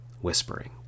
whispering